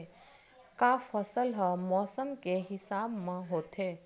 का फसल ह मौसम के हिसाब म होथे?